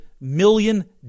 million